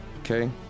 Okay